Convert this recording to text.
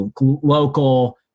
local